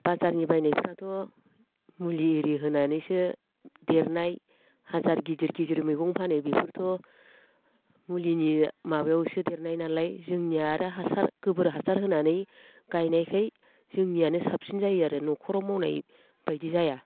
बाजारनि बायनायफोराथ' मुलि इरि होनानैसो देरनाय हाजार गिदिर गिदिर मैगं फानो बेफोरथ' मुलिनि माबायावसो देरनाय नालाय जोंनिया आरो हासार गोबोर हासार होनानै गायनायखाय जोंनियानो साबसिन जायो आरो न'खराव मावनाय बायदि जाया